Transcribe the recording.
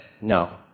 No